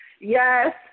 Yes